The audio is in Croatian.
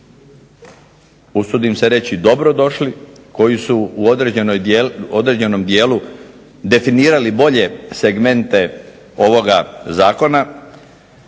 usudim se reći dobro došli, koji su u određenom dijelu definirali bolje segmente ovoga zakona,